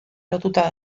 lotuta